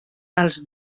als